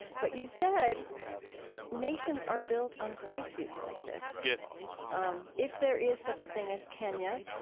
but you said nations are built on crises like this yes um if there is such a thing as kenya,